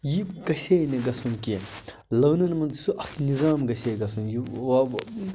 یہِ گژھِ ہے نہٕ گَژھُن کیٚنٛہہ لٲنن منٛز سُہ اَکھ نِظام گژھِ ہے گَژھُن